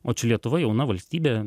o čia lietuva jauna valstybė